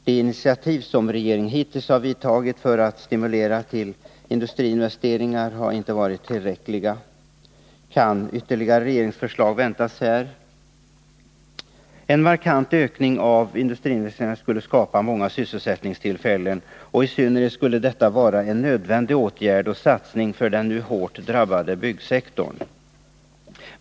De initiativ som regeringen hittills har tagit för att stimulera till industriinvesteringar har inte varit tillräckliga. Kan ytterligare regeringsförslag väntas? En markant ökning av industriinvesteringarna skulle skapa många sysselsättningstillfällen, och i synnerhet skulle det vara en nödvändig satsning för den nu hårt drabbade byggsektorn.